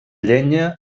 llenya